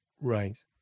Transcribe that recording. right